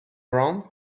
around